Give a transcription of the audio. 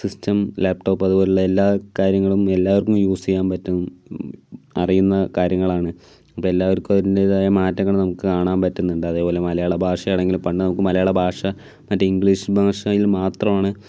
system laptop അതുപോലെയുള്ള എല്ലാ കാര്യങ്ങളും എല്ലാവർക്കും യൂസ് ചെയ്യാൻ പറ്റും അറിയുന്ന കാര്യങ്ങളാണ് എല്ലാവർക്കും അവരിന്റേതായ മാറ്റങ്ങൾ നമുക്ക് കാണാൻ പറ്റുന്നുണ്ട് അതേപോലെ മലയാള ഭാഷയാണെങ്കിലും പണ്ട് നമുക്ക് മലയാള ഭാഷ മറ്റേ ഇംഗ്ലീഷ് ഭാഷയിൽ മാത്രമാണ്